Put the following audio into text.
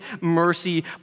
mercy